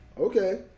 Okay